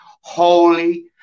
holy